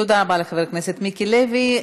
תודה רבה לחבר הכנסת מיקי לוי.